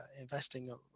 investing